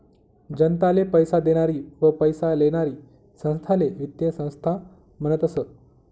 जनताले पैसा देनारी व पैसा लेनारी संस्थाले वित्तीय संस्था म्हनतस